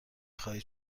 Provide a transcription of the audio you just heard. خواهید